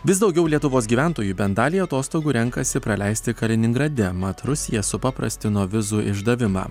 vis daugiau lietuvos gyventojų bent dalį atostogų renkasi praleisti kaliningrade mat rusija supaprastino vizų išdavimą